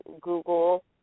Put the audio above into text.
Google